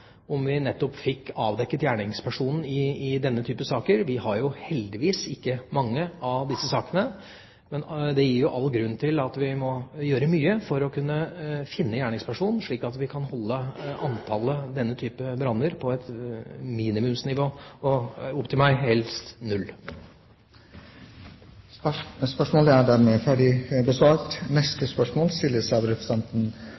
om vi fikk avdekket gjerningspersonen i denne typen saker. Vi har heldigvis ikke mange av disse sakene. Men det er all grunn til å gjøre mye for å finne gjerningspersonen, slik at vi kan holde antallet branner av denne type på et minimumsnivå og – hvis det er opp til meg – helst null. Da går vi tilbake til spørsmål 4. Dette spørsmålet,